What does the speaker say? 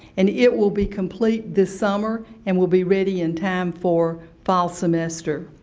and it will be complete this summer, and will be ready in time for fall semester.